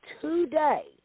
today